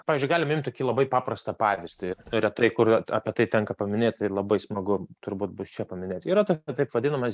pavyzdžiui galime imti tokį labai paprastą pavyzdį retai kur apie tai tenka paminėti ir labai smagu turbūt bus čia paminėti yra taip vadinamas